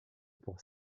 pour